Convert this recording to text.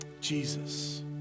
Jesus